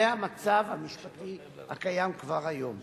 זה המצב המשפטי הקיים כבר היום.